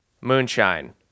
Moonshine